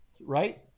Right